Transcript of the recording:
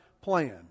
plan